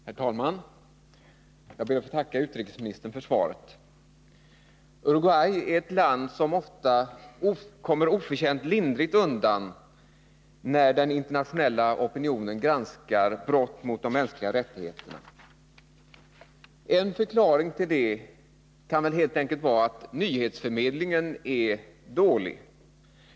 Herr talman! Jag ber att få tacka utrikesministern för svaret. Uruguay är ett land som ofta kommer oförtjänt lindrigt undan när den internationella opinionen granskar brott mot de mänskliga rättigheterna. En förklaring till det kan helt enkelt vara att nyhetsförmedlingen är dålig.